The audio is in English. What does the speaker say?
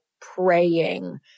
praying